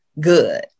good